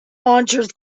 launchers